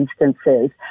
instances